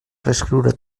reescriure